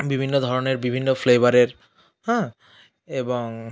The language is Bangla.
বিভিন্ন ধরনের বিভিন্ন ফ্লেবারের হাঁ এবং